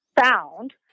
found